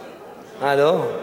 אה, לא?